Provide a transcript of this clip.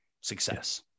Success